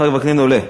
עולה,